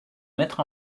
maître